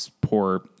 poor